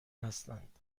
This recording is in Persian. هستند